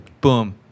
boom